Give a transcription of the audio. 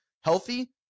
healthy